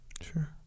Sure